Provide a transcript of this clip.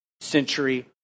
century